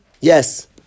yes